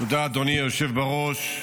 תודה, אדוני היושב בראש.